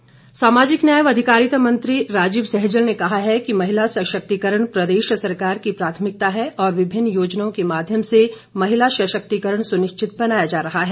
सहजल सामाजिक न्याय व अधिकारिता मंत्री राजीव सहजल ने कहा है कि महिला सशक्तिकरण प्रदेश सरकार की प्राथमिकता है और विभिन्न योजनाओं के माध्यम से महिला सशक्तिकरण सुनिश्चित बनाया जा रहा है